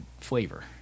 flavor